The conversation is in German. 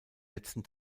letzten